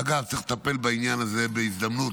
אגב, צריך לטפל בעניין הזה בהזדמנות,